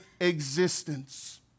existence